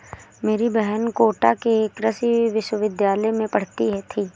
मेरी बहन कोटा के कृषि विश्वविद्यालय में पढ़ती थी